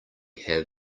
have